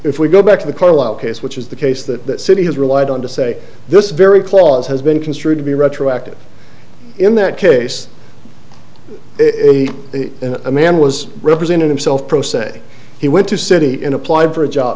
if we go back to the carlisle case which is the case that city has relied on to say this very clause has been construed to be retroactive in that case a man was represented himself pro se he went to city in applied for a job